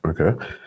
Okay